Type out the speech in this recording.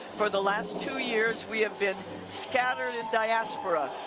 for the last two years we have been scattered in diaspora,